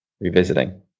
revisiting